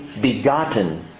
begotten